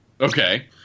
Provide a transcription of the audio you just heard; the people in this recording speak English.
Okay